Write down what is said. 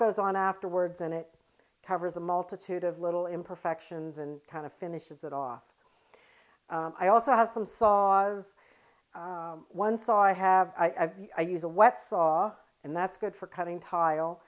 goes on afterwards and it covers a multitude of little imperfections and kind of finishes it off i also have some saws one saw i have i use a wet saw and that's good for cutting tile